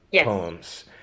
poems